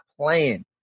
playing